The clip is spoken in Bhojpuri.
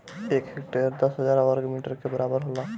एक हेक्टेयर दस हजार वर्ग मीटर के बराबर होला